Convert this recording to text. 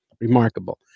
remarkable